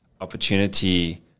opportunity